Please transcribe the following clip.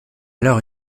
alors